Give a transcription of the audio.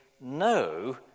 no